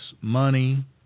money